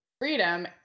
freedom